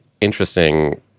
interesting